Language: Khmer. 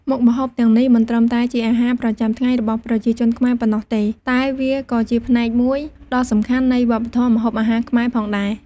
មុខម្ហូបទាំងនេះមិនត្រឹមតែជាអាហារប្រចាំថ្ងៃរបស់ប្រជាជនខ្មែរប៉ុណ្ណោះទេតែវាក៏ជាផ្នែកមួយដ៏សំខាន់នៃវប្បធម៌ម្ហូបអាហារខ្មែរផងដែរ។